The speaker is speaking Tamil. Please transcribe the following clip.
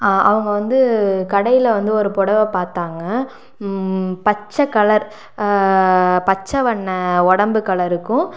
அவங்க வந்து கடையில் வந்து ஒரு புடவ பார்த்தாங்க பச்சை கலர் பச்சை வண்ண உடம்பு கலருக்கும்